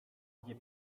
gdzie